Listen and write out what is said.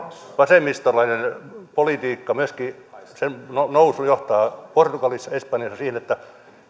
vasemmistolainen politiikka myöskin sen nousu johtaa portugalissa espanjassa siihen että